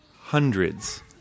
hundreds